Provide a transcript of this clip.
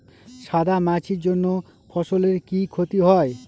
সাদা মাছির জন্য ফসলের কি ক্ষতি হয়?